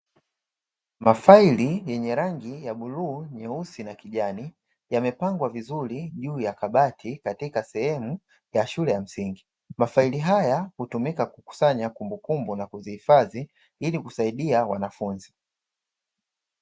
Mafaili yenye rangi ya bluu, nyeusi na kijani yamepangwa vizuri juu ya kabati katika sehemu ya shule ya msingi. Mafaili haya hutumika kukusanya kumbukumbu na kuzihifadhi ili kusaidia wanafunzi.